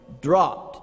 dropped